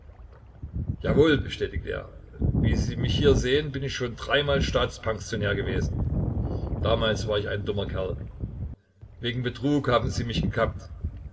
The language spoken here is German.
jawohl bestätigte er wie sie mich hier sehen bin ich schon dreimal staatspensionär gewesen damals war ich ein dummer kerl wegen betrug haben sie mich gekappt